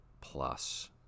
plus